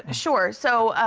ah sure. so, ah,